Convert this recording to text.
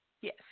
Yes